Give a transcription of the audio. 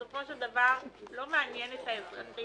בסופו של דבר לא מעניין את האזרחים